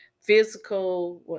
physical